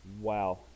Wow